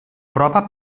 prova